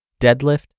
deadlift